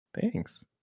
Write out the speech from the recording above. Thanks